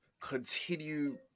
continue